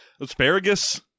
Asparagus